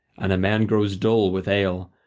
and a man grows dull with ale,